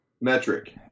metric